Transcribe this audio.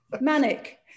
manic